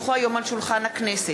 כי הונחו היום על שולחן הכנסת,